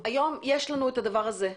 היום יש לנו את הדבר הזה.